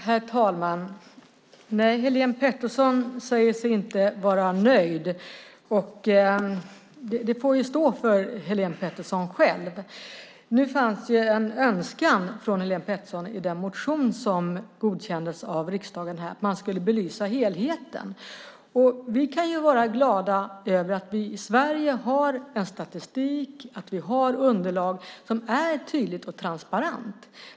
Herr talman! Helene Petersson säger sig inte vara nöjd. Det får står för Helene Petersson själv. Nu fanns en önskan från Helene Petersson i den motion som godkändes av riksdagen om att man ska belysa helheten. Vi kan vara glada över att vi i Sverige har statistik och underlag som är tydliga och transparenta.